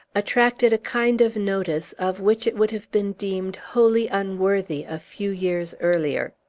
attracted a kind of notice of which it would have been deemed wholly unworthy a few years earlier.